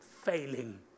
failing